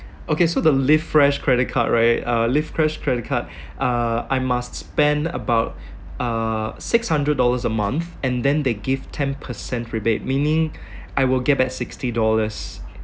okay so the live fresh credit card right uh live fresh credit card uh I must spend about uh six hundred dollars a month and then they give ten percent rebate meaning I will get back sixty dollars